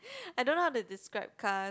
I don't know how to describe car